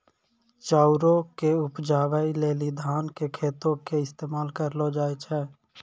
चाउरो के उपजाबै लेली धान के खेतो के इस्तेमाल करलो जाय छै